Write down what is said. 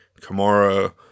Kamara